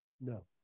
no